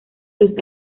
los